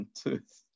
tooth